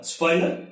Spoiler